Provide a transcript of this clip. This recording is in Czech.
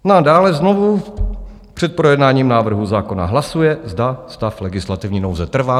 No a dále znovu před projednáním návrhu zákona hlasuje, zda stav legislativní nouze trvá.